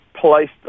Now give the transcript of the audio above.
placed